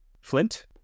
Flint